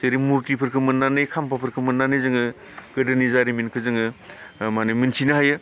जेरै मुर्तिफोरखौ मोननानै खाम्फाफोरखौ मोननानै जोङो गोदोनि जारिमिनखौ जोङो माने मिन्थिनो हायो